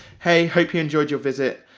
hey, hope you enjoyed your visit,